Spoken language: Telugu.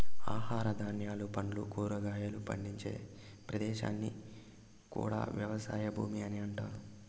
ఆహార ధాన్యాలు, పండ్లు, కూరగాయలు పండించే ప్రదేశాన్ని కూడా వ్యవసాయ భూమి అని అంటారు